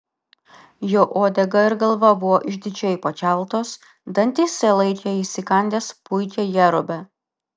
jo uodega ir galva buvo išdidžiai pakeltos dantyse laikė įsikandęs puikią jerubę